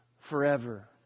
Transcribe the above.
forever